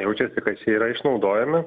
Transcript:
jaučiasi kas yra išnaudojami